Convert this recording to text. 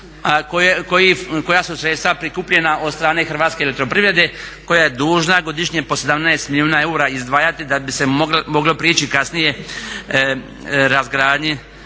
koja su sredstva prikupljena od strane Hrvatske elektroprivrede koja je dužna godišnje po 17 milijuna eura izdvajati da bi se moglo prići kasnije razgradnji